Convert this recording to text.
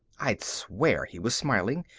i'd swear he was smiling,